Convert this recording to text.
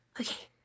okay